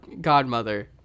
godmother